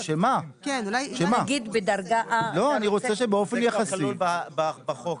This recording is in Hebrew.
אני רוצה שבאופן יחסי --- זה כבר כלול בחוק,